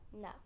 no